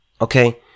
Okay